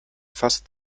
fast